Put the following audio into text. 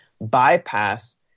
bypass